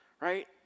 right